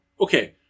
Okay